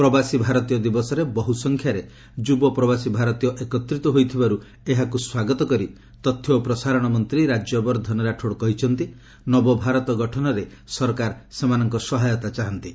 ପ୍ରବାସୀ ଭାରତୀୟ ଦିବସରେ ବହୁ ସଂଖ୍ୟାରେ ଯୁବ ପ୍ରବାସୀ ଭାରତୀୟ ଏକତ୍ରିତ ହୋଇଥିବାରୁ ଏହାକୁ ସ୍ୱାଗତ କରି ତଥ୍ୟ ଓ ପ୍ରସାରଣ ମନ୍ତ୍ରୀ ରାଜ୍ୟବର୍ଦ୍ଧନ ରାଠୋଡ୍ କହିଛନ୍ତି ନବଭାରତର ଗଠନରେ ସରକାର ସେମାନଙ୍କର ସହାୟତା ଚାହାନ୍ତି